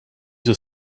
were